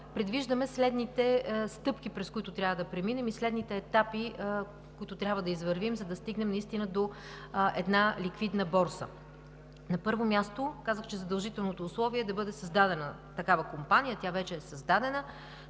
предвиждаме следните стъпки и етапи, през които трябва да преминем и да извървим, за да стигнем до една ликвидна борса. На първо място, казах, че задължителното условие е да бъде създадена такава компания. Тя вече е създадена.